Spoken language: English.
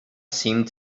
seemed